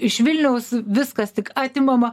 iš vilniaus viskas tik atimama